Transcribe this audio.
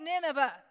Nineveh